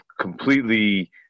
completely